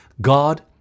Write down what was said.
God